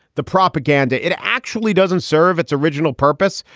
the propaganda, it actually doesn't serve its original purpose,